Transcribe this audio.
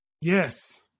Yes